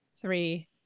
three